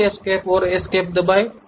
फिर एस्केप और एस्केप दबाएं